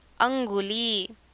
Anguli